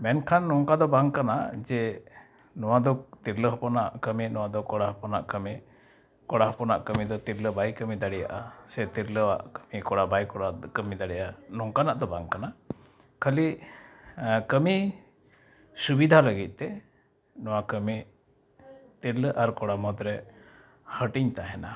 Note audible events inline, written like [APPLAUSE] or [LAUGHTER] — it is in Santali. ᱢᱮᱱᱠᱷᱟᱱ ᱱᱚᱝᱠᱟᱫᱚ ᱵᱟᱝᱠᱟᱱᱟ ᱡᱮ ᱱᱚᱣᱟᱫᱚ ᱛᱤᱨᱞᱟᱹ ᱦᱚᱯᱚᱱᱟᱜ ᱠᱟᱹᱢᱤ ᱱᱚᱣᱟᱫᱚ ᱠᱚᱲᱟ ᱦᱚᱯᱚᱱᱟᱜ ᱠᱟᱹᱢᱤ ᱠᱚᱲᱟ ᱦᱚᱯᱚᱱᱟᱜ ᱠᱟᱹᱢᱤᱫᱚ ᱛᱤᱨᱞᱟᱹ ᱵᱟᱭ ᱠᱟᱹᱢᱤ ᱫᱟᱲᱮᱭᱟᱜᱼᱟ ᱥᱮ ᱛᱤᱨᱞᱟᱹᱣᱟᱜ ᱠᱟᱹᱢᱤ ᱠᱚᱲᱟ ᱵᱟᱭ [UNINTELLIGIBLE] ᱠᱟᱹᱢᱤ ᱫᱟᱲᱮᱭᱟᱜᱼᱟ ᱱᱚᱝᱠᱟᱱᱟᱜ ᱫᱚ ᱵᱟᱝᱠᱟᱱᱟ ᱠᱷᱟᱹᱞᱤ ᱠᱟᱹᱢᱤ ᱥᱩᱵᱤᱫᱷᱟ ᱞᱟᱹᱜᱤᱫᱛᱮ ᱱᱚᱣᱟ ᱠᱟᱹᱢᱤ ᱛᱤᱨᱞᱟᱹ ᱟᱨ ᱠᱚᱲᱟ ᱢᱩᱫᱽᱨᱮ ᱦᱟᱹᱴᱤᱧ ᱛᱟᱦᱮᱱᱟ